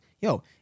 Yo